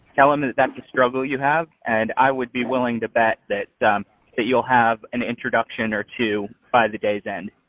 tell them that that struggle you have and i would be willing to bet that that you'll have an introduction or to buy the days in.